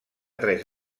tres